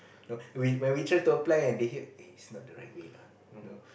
when we try to apply and they hear eh it's not the right way lah you know